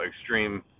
Extreme